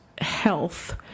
Health